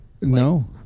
No